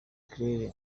claire